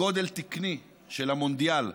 בגודל תקני של המונדיאל,